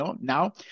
now